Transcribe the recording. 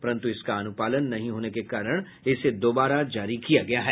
परंतु इसका अनुपालन नहीं होने के कारण इसे दोबारा जारी किया गया है